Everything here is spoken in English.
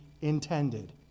intended